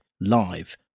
live